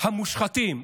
המושחתים,